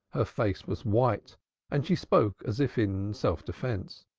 her face was white and she spoke as if in self-defence.